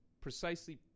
Precisely